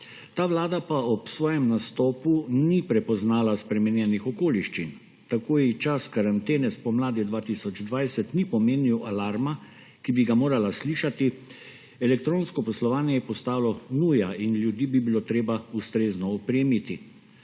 Ta vlada pa ob svojem nastopu ni prepoznala spremenjenih okoliščin, tako ji čas karantene spomladi 2020 ni pomenil alarma, ki bi ga morala slišati. Elektronsko poslovanje je postalo nuja in ljudi bi bilo treba ustrezno opremiti